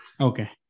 okay